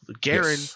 Garen –